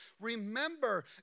Remember